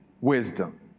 wisdom